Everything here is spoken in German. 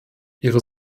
ihre